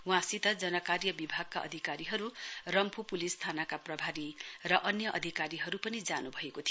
वहाँसित जन कार्य विभागका अधिकारीहरू रम्फू पुलिस थानाका प्रभारी र अन्य अधिकारीहरू पनि जानु भएको थियो